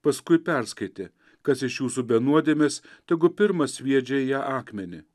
paskui perskaitė kas iš jūsų be nuodėmės tegu pirmas sviedžia į ją akmenį